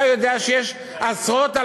אתה יודע שיש עשרות,